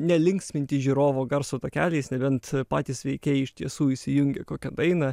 nelinksminti žiūrovų garso takeliais nebent patys veikėjai iš tiesų įsijungia kokią dainą